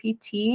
PT